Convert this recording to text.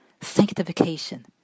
Sanctification